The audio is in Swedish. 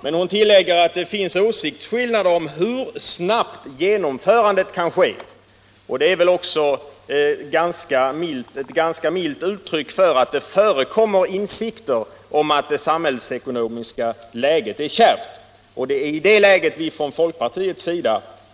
Men hon tillägger att det finns åsiktsskillnader om hur snabbt genomförandet kan ske, och det är väl ett ganska milt uttryck för att det förekommer insikter om att det samhällsekonomiska läget är kärvt. Det är i det läget som folkpartiet